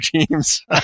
teams